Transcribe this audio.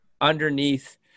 underneath